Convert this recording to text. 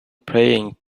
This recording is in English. praying